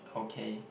okay